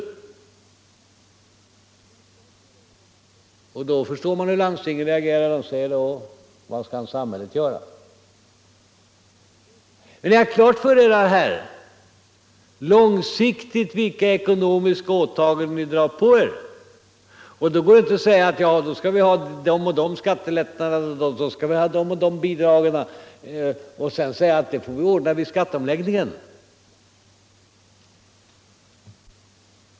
Då förstår man hur landstingen reagerar. De säger: Vad kan samhället göra? Men ni har väl klart för er vilka ekonomiska åtaganden på lång sikt som ni drar på er? Då går det inte att säga att vi skall ha de och de skattelättnaderna och bidragen, som får ordnas i samband med skatteomläggningen.